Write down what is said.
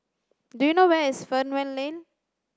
do you know where is Fernvale Lane